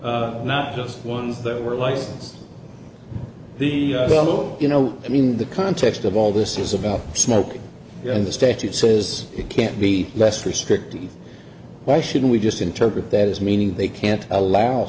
ways not just ones that were licensed the well you know i mean the context of all this is about smoking and the statute says it can't be less restrictive why should we just interpret that as meaning they can't allow